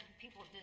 people